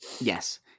Yes